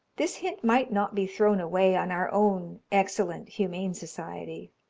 this hint might not be thrown away on our own excellent humane society.